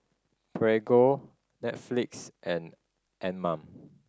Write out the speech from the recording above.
Prego Netflix and Anmum